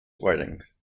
writings